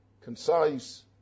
concise